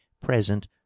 present